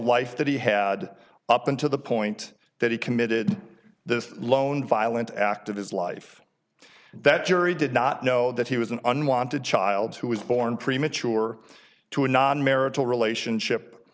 life that he had up until the point that he committed the lone violent act of his life that jury did not know that he was an unwanted child who was born premature to a non marital relationship